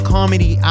Comedy